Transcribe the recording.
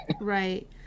right